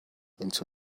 into